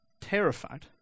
terrified